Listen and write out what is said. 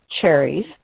cherries